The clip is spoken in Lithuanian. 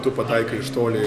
tu pataikai iš toli